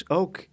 ook